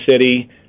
city